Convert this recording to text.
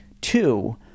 Two